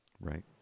right